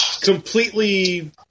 Completely